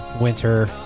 winter